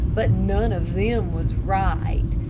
but none of them was right,